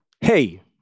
Hey